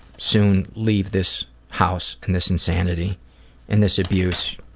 soon leave this house and this insanity and this abuse.